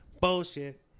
Bullshit